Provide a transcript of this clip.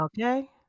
Okay